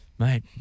Mate